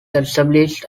established